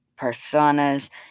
personas